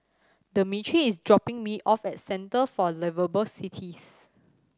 Demetri is dropping me off at Centre for Liveable Cities